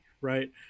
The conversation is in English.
right